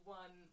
one